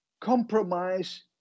Compromise